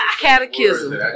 Catechism